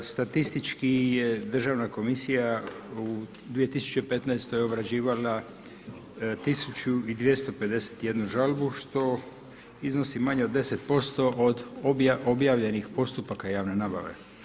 Statistički je Državna komisija u 2015. obrađivala 1251 žalbu što iznosi manje od 10% odo objavljenih postupaka javne nabave.